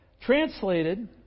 Translated